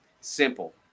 simple